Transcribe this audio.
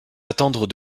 attendre